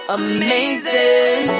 amazing